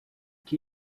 que